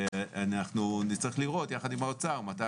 ואנחנו נצטרך לראות יחד עם האוצר מתי